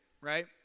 right